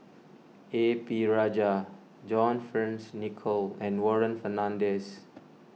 A P Rajah John Fearns Nicoll and Warren Fernandez